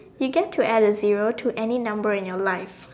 you get to add a zero to any number in your life